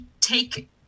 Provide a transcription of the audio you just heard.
take